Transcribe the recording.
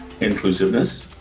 Inclusiveness